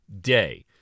Day